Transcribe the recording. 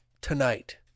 tonight